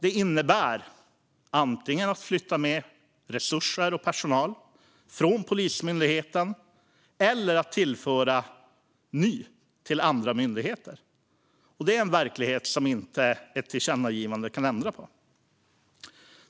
Det innebär antingen att flytta med resurser och personal från Polismyndigheten eller att tillföra nya resurser och ny personal till andra myndigheter. Det är en verklighet som inte ett tillkännagivande kan ändra på.